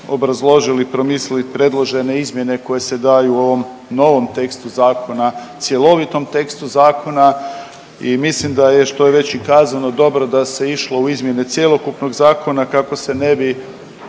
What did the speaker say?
obrazložili i promislili predložene izmjene koje se daju u ovom novom tekstu zakona, cjelovitom tekstu zakona. I mislim da je što je već i kazano dobro da se išlo u izmjene cjelokupnog zakona kako se ne bi